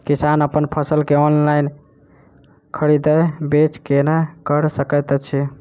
किसान अप्पन फसल केँ ऑनलाइन खरीदै बेच केना कऽ सकैत अछि?